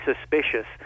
suspicious